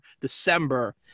December